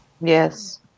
Yes